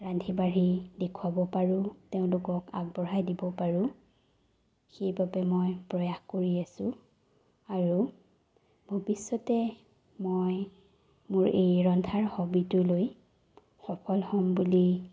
ৰান্ধি বাঢ়ি দেখুৱাব পাৰোঁ তেওঁলোকক আগবঢ়াই দিব পাৰোঁ সেইবাবে মই প্ৰয়াস কৰি আছোঁ আৰু ভৱিষ্যতে মই মোৰ এই ৰন্ধাৰ হবিটো লৈ সফল হ'ম বুলি